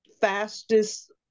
fastest